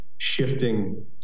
shifting